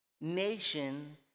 Nation